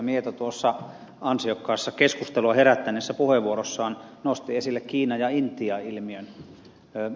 mieto tuossa ansiokkaassa keskustelua herättäneessä puheenvuorossaan nosti esille kiina ja intia ilmiön